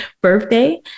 birthday